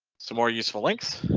some more useful links.